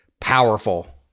powerful